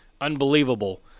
unbelievable